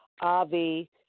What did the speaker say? Avi